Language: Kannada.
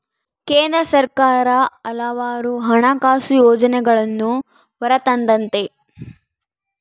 ಕೇಂದ್ರ ಸರ್ಕಾರ ಹಲವಾರು ಹಣಕಾಸು ಯೋಜನೆಗಳನ್ನೂ ಹೊರತಂದತೆ